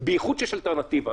בייחוד כשיש אלטרנטיבה.